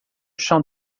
chão